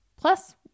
Plus